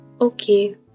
Okay